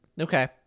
Okay